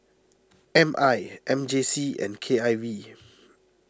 M I M J C and K I V